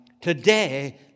today